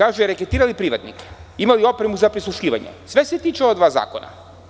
Dalje se kaže: „Reketirali privatnike“, „Imali opremu za prisluškivanje“ – sve se tiče ova dva zakona.